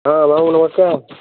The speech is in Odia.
ହଁ ବାବୁ ନମସ୍କାର